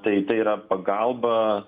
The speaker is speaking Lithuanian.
tai tai yra pagalba